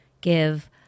give